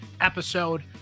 episode